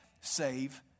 save